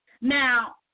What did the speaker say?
Now